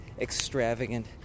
extravagant